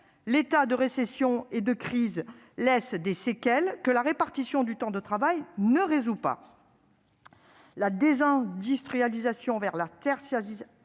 L'état de récession et les crises laissent des séquelles que la répartition du temps de travail ne résout pas. La désindustrialisation et la tertiarisation